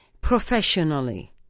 professionally